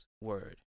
word